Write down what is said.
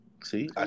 see